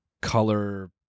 color